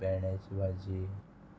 भेंड्यांची भाजी